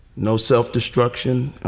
no self-destruction.